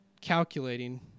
calculating